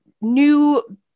new